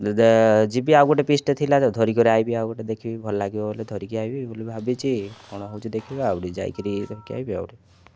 ଯେବେ ଯିବି ଆଉ ଗୋଟେ ପିସ୍ଟେ ଥିଲା ତ ଧରିକରି ଆସିବି ଆଉ ଗୋଟେ ଦେଖିକି ଭଲ ଲାଗିବ ବୋଇଲେ ଧରିକିରି ଆସିବି ବୋଲି ଭାବିଛି କ'ଣ ହେଉଛି ଦେଖିବା ଆଉ ଟିକେ ଯାଇକିରି ଧରିକି ଆଇବି ଆଉ